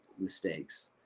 mistakes